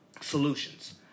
solutions